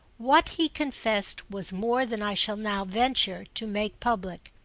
what he confessed was more than i shall now venture to make public.